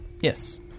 Yes